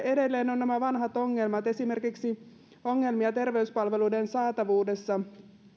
edelleen on nämä vanhat ongelmat esimerkiksi ongelmia terveyspalveluiden saatavuudessa